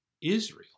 Israel